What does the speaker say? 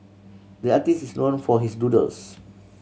the artist is known for his doodles